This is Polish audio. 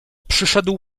przyszedł